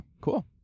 Cool